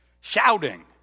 shouting